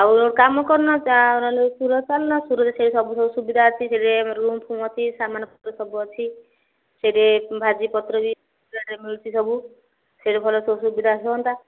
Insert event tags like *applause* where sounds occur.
ଆଉ କାମ କରୁନ ନହେଲେ ସୁରଟ୍ ଚାଲୁନ ସୁରଟ୍ରେ ସେ ସବୁ ସବୁ ସୁବିଧା ଅଛି ସେଇରେ ରୁମ୍ଫୁମ୍ ଅଛି ସାମାନପତ୍ର ସବୁ ଅଛି ସେଇରେ ଭାଜିପତ୍ର ବି *unintelligible* ମିଳୁଛି ସବୁ ସେଇଠି ଭଲ ସବୁ ସୁବିଧା ହୁଅନ୍ତା